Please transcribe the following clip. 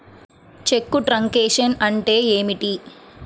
చెక్కు truncation అంటే ఏమిటి?